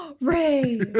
Ray